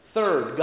Third